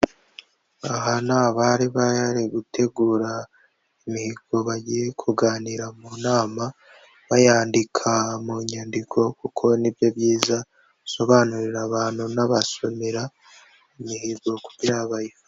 Aha ni abari bari gutegura imihigo bagiye kuganira mu nama bayandika mu nyandiko kuko nibyo byiza usobanurira abantu unabasomera imihigo kugira bayi....